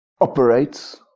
operates